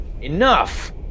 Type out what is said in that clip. Enough